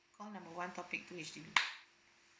call number one topic two H_D_B